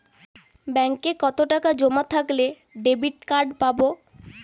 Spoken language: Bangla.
ব্যাঙ্কে কতটাকা জমা থাকলে ডেবিটকার্ড পাব?